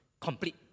complete